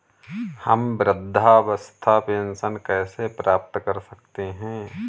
हम वृद्धावस्था पेंशन कैसे प्राप्त कर सकते हैं?